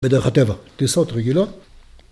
בדרך הטבע טיסות רגילות